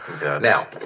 Now